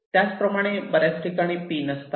त्याचप्रमाणे बऱ्याच ठिकाणी पिन असतात